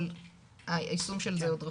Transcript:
אבל היישום של זה עוד רחוק.